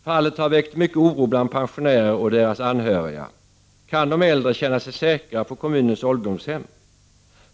Fallet har väckt mycket oro bland pensionärer och deras anhöriga. Kan de äldre känna sig säkra på kommunens ålderdomshem?